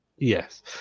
yes